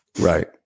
Right